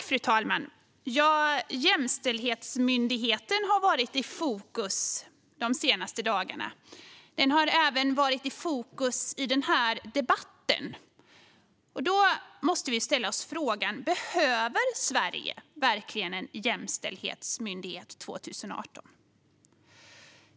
Fru talman! Jämställdhetsmyndigheten har varit i fokus de senaste dagarna. Den har även varit i fokus i den här debatten. Då måste vi ställa oss frågan: Behöver Sverige verkligen en jämställdhetsmyndighet 2018?